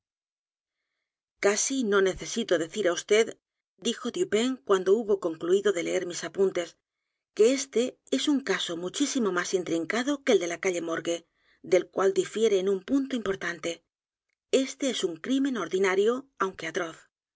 casi no necesito decir á vd dijo dupin cuando hubo concluido de leer mis apuntes que éste es un caso muchísimo más intrincado que el de la calle morgue del cual difiere en un punto importante este es un crimen ordinario aunque atroz